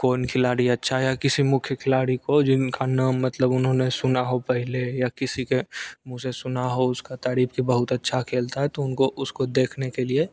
कौन खिलाड़ी अच्छा या किसी मुख्य खिलाड़ी को जिनका नाम मतलब उन्होंने सुना हो पहले या किसी के मुँह से सुना हो उसका तारीफ की बहुत अच्छा खेलता है तो उनको उसको देखने के लिए